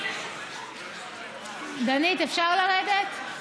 דנית, אפשר לרדת?